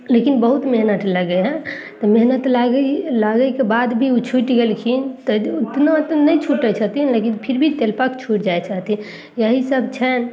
लेकिन बहुत मेहनत लगै हइ तऽ मेहनत लागै लागैके बाद भी ओ छूटि गेलखिन तऽ नहि तऽ नहि छूटै छथिन लेकिन फिर भी तेल पाक छूटि जाइ छथि यही सब छै